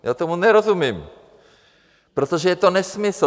Já tomu nerozumím, protože je to nesmysl.